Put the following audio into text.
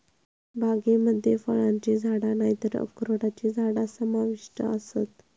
बागेमध्ये फळांची झाडा नायतर अक्रोडची झाडा समाविष्ट आसत